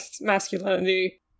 masculinity